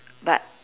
but